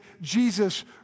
Jesus